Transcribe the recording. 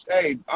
hey